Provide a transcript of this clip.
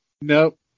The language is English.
Nope